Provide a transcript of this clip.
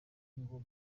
ngo